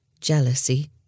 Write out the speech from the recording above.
jealousy